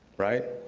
right?